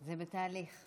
זה בתהליך.